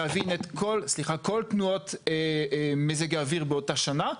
להבין את כל תנועות מזג האוויר באותה שנה,